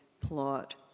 plot